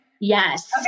Yes